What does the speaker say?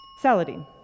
Saladin